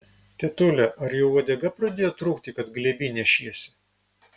tetule ar jau uodega pradėjo trūkti kad glėby nešiesi